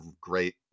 great